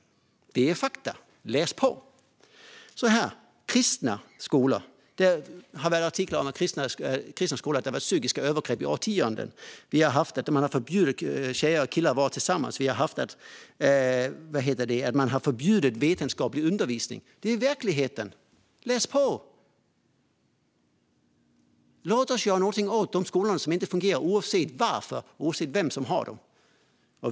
Det är fakta. Läs på! Det har varit artiklar om psykiska övergrepp i kristna skolor i årtionden. Man har förbjudit tjejer och killar att vara tillsammans. Man har förbjudit vetenskaplig undervisning. Det är verkligheten. Läs på! Låt oss göra någonting åt de skolor som inte fungerar, oavsett varför och oavsett vem som har dem!